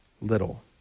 little